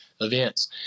events